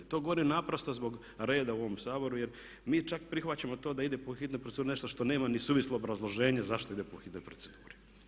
To govorim naprosto zbog reda u ovom Saboru jer mi čak prihvaćamo to da ide po hitnoj proceduri nešto što nema ni suvislo obrazloženje zašto ide po hitnoj proceduri.